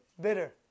Bitter